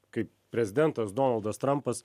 kaip prezidentas donaldas trampas